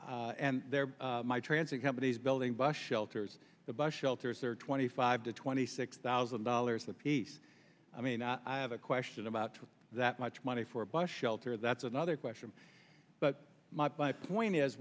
florida and there my transit companies building bus shelters the bus shelters are twenty five to twenty six thousand dollars apiece i mean i have a question about that much money for bus shelter that's another question but my point is